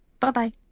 Bye-bye